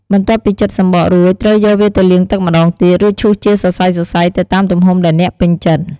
បន្ទាប់ពីចិតសំបករួច ត្រូវយកវាទៅលាងទឹកម្ដងទៀត រួចឈូសជាសរសៃៗ ទៅតាមទំហំដែលអ្នកពេញចិត្ត។